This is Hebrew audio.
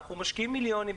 אנחנו משקיעים מיליונים,